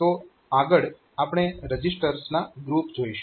તો આગળ આપણે રજીસ્ટર્સના ગ્રુપ જોઈશું